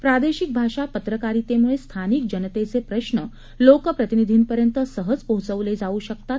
प्रादेशिक भाषा पत्रकारितेमुळे स्थानिक जनतेचे प्रश्न लोकप्रतिनिधींपर्यंत सहज पोहचवले जाऊ शकतात